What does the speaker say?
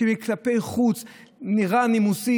שכלפי חוץ נראה מנומס,